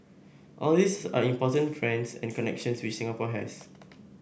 all these are important friends and connections which Singapore has